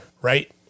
right